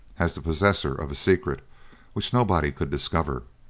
as the possessor of a secret which nobody could discover.